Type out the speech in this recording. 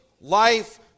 life